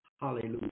Hallelujah